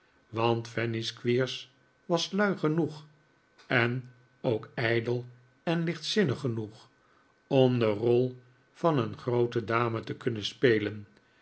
want fanny squeers was lui genoeg en ook ijdel en lichtzinnig genoeg om de rol van een groote dame te kunnen spelen